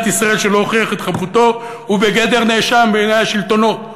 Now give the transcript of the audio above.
ישראל שלא הוכיח את חפותו הוא בגדר נאשם בעיני השלטונות.